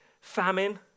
famine